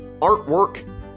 artwork